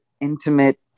intimate